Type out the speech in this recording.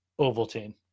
Ovaltine